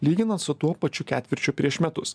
lyginant su tuo pačiu ketvirčiu prieš metus